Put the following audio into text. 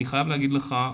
אני חייב להגיד לך,